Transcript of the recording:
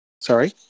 Sorry